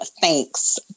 Thanks